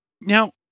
now